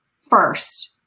first